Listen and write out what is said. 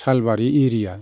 Salbari area